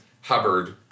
Hubbard